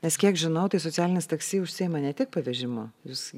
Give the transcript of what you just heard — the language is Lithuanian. nes kiek žinau tai socialinis taksi užsiima ne tik pavežimu jūs